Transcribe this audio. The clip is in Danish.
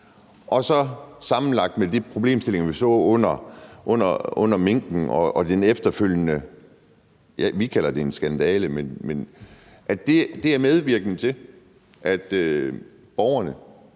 sammenlagt med de problemstillinger, vi så under forløbet med minkene og den efterfølgende, ja, vi kalder det en skandale, er medvirkende til, at borgerne